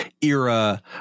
era